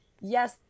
Yes